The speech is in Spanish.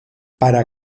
para